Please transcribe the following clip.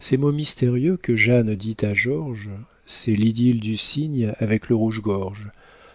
ces mots mystérieux que jeanne dit à george c'est l'idylle du cygne avec le rouge-gorge